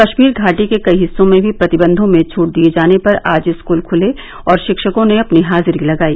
कश्मीर घाटी के कई हिस्सों में भी प्रतिबंघों में छट दिये जाने पर आज स्कल खते और शिक्षकों ने अपनी हाजिरी लगाई